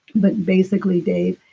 but basically, dave,